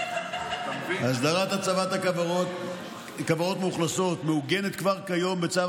הסדרת הצבת כוורות מאוכלסות מעוגנת כבר כיום בצו